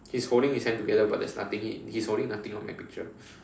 he's holding his hand together but there's nothing in he is holding nothing in my picture